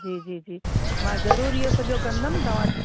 जी जी जी मां ज़रूरु इहो सॼो कंदमि तव्हां